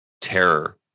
terror